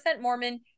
Mormon